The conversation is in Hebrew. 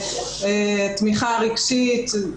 תמיכה רגשית.